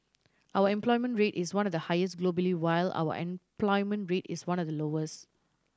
our employment rate is one of the highest globally while our unemployment rate is one of the lowest